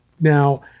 now